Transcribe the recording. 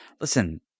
listen